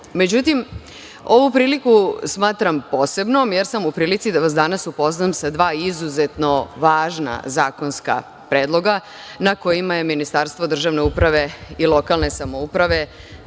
ovu priliku smatram posebnom jer sam u prilici da vas danas upoznam sa dva izuzetno važna zakonska predloga na kojima je Ministarstvo državne uprave i lokalne samouprave,